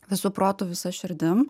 visu protu visa širdim